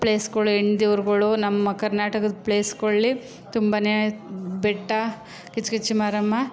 ಪ್ಲೇಸ್ಗಳು ಹೆಣ್ಣು ದೇವರುಗಳು ನಮ್ಮ ಕರ್ನಾಟಕದ ಪ್ಲೇಸ್ಗಳು ತುಂಬನೇ ಬೆಟ್ಟ ಕಿಚ್ಕಿಚ್ಚು ಮಾರಮ್ಮ